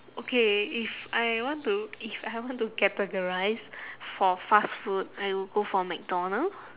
okay if I want to if I want to categorise for fast food I would go for mcdonald